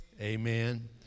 Amen